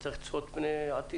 אבל צריך לצפות פני עתיד.